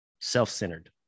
self-centered